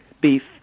beef